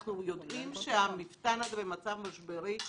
אנחנו יודעים שהמפת"ן הזה במצב משברי גדול,